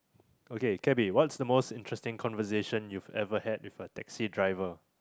okay cabby what's the most interesting conversation you've ever had with a taxi driver